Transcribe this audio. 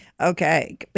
Okay